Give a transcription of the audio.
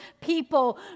people